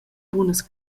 bunas